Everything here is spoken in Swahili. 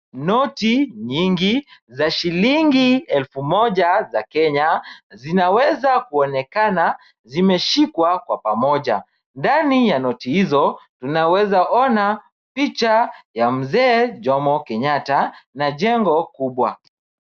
Noti nyingi za shillingi elfu moja za Kenya zinaweza kuonekana zimeshikwa kwa pamoja. Ndani ya noti hizo tunaweza kuona picha ya mzee Jomo Kenyatta na jengo kubwa.